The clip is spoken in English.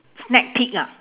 snack peek ah